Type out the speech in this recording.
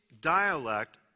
dialect